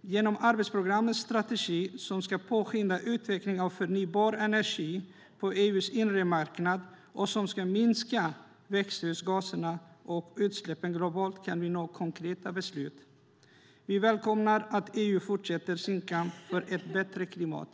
Genom arbetsprogrammets strategi, som ska påskynda utvecklingen av förnybar energi på EU:s inre marknad och minska växthusgaserna och utsläppen globalt, kan vi nå konkreta resultat. Vi välkomnar att EU fortsätter sin kamp för ett bättre klimat.